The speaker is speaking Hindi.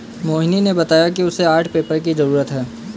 मोहिनी ने बताया कि उसे आर्ट पेपर की जरूरत है